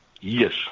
Yes